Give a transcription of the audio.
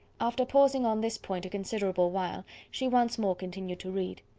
after pausing on this point a considerable while, she once more continued to read.